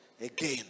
again